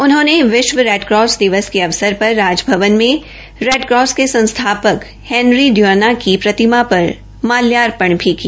उन्होंने विष्व रेडकॉस दिवस के अवसर पर राजभवन में रेडकॉस के संस्थापक हैनरी ड्यूना की प्रतिमा पर माल्यापर्ण भी किया